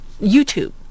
YouTube